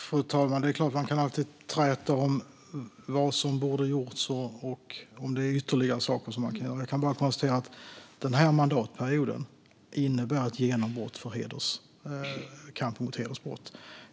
Fru talman! Det är klart att man alltid kan träta om vad som borde ha gjorts och om det är ytterligare saker som man kan göra. Jag kan bara konstatera att denna mandatperiod innebär ett genombrott för kampen mot hedersbrott.